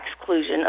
exclusion